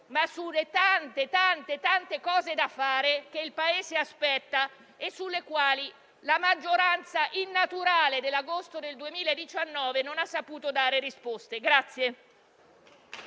ma sulle tantissime cose da fare, che il Paese aspetta e sulle quali la maggioranza innaturale dell'agosto 2019 non ha saputo dare risposte.